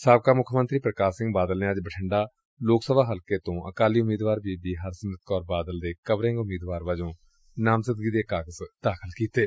ਸਾਬਕਾ ਮੁੱਖ ਮੰਤਰੀ ਪ੍ਰਕਾਸ਼ ਸਿੰਘ ਬਾਦਲ ਨੇ ਅੱਜ ਬਠਿੰਡਾ ਲੋਕ ਸਭਾ ਹਲਕੇ ਤੋਂ ਅਕਾਲੀ ਉਮੀਦਵਾਰ ਬੀਬੀ ਹਰਸਿਮਰਤ ਕੌਰ ਬਾਦਲ ਦੇ ਕਵਰਿੰਗ ਉਮੀਦਵਾਰ ਵਜੋਂ ਨਾਮਜ਼ਦਗੀ ਦੇ ਕਾਗਜ਼ ਦਾਖਲ ਕੀਤੇ ਨੇ